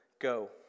Go